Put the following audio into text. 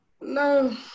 No